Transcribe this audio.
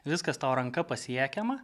viskas tau ranka pasiekiama